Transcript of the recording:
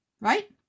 right